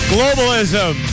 Globalism